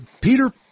Peter